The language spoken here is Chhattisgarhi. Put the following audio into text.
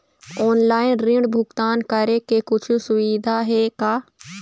ऑनलाइन ऋण भुगतान करे के कुछू सुविधा हे का?